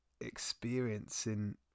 experiencing